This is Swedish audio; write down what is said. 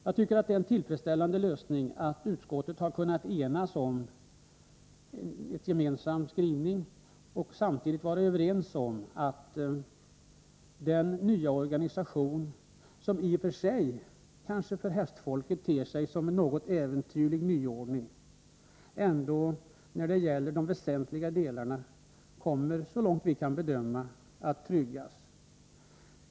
Jag tycker att det är tillfredsställande att utskottet har kunnat enas om en gemensam skrivning och varit överens om att den nya organisationen, som i och för sig kanske för hästfolket ter sig som en något äventyrlig nyordning, ändå i de väsentliga delarna, så långt vi kan bedöma, leder till att hästavelsarbetet tryggas.